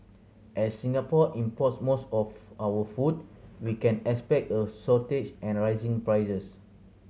as Singapore import's most of our food we can expect a shortage and rising prices